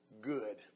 good